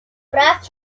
прав